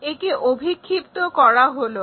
একে অভিক্ষিপ্ত করা হলো